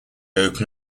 open